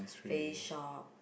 Faceshop